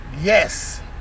Yes